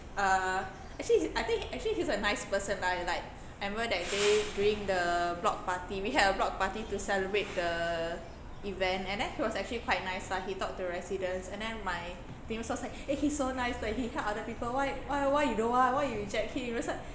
uh actually I think actually he's a nice person lah like I remember that day during the block party we had a block party to celebrate the event and then he was actually quite nice lah he talk to the residents and then my team also said he so nice leh he help other people why why why you don't want why you reject him I was like